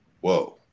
Whoa